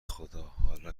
خدا، حالا